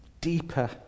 Deeper